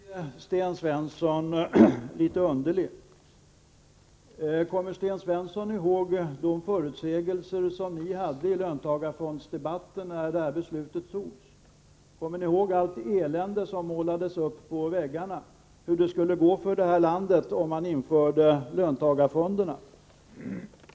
Fru talman! Nu börjar Sten Svensson föra ett underligt resonemang. Kommer Sten Svensson ihåg de förutsägelser som ni gjorde i löntagarfondsdebatten när beslutet fattades? Kommer ni ihåg allt elände som målades upp på väggarna när det gällde hur det skulle gå för detta land om löntagarfonderna infördes?